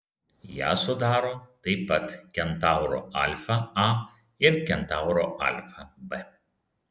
ją sudaro taip pat kentauro alfa a ir kentauro alfa b